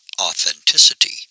authenticity